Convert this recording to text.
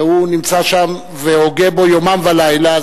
והוא נמצא שם והוגה בו יומם ולילה.